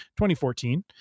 2014